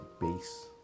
base